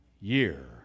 year